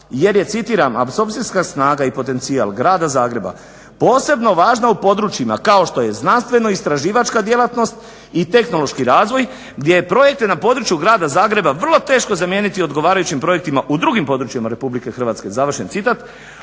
jer je citiram: "Apsorpcijska snaga i potencijal Grada Zagreba posebno važna u područjima kao što je znanstveno-istraživačka djelatnost i tehnološki razvoj gdje je projekte na području Grada Zagreba vrlo teško zamijeniti odgovarajućim projektima u drugim područjima RH", završen citat.